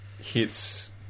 hits